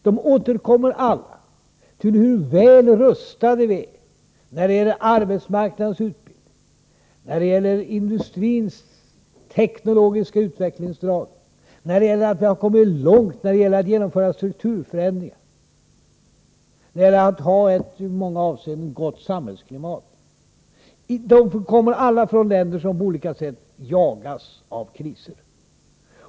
De återkommer alla till hur väl rustade vi är när det gäller arbetsmarknadsutbildning, industrins teknologiska utveckling, när det gäller att komma långt och när det gäller att genomföra strukturförändringar och när det gäller att ha ett i många avseenden gott samhällsklimat. De kommer alla från länder som på olika sätt jagas av kriser.